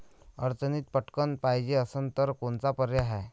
अडचणीत पटकण पायजे असन तर कोनचा पर्याय हाय?